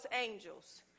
angels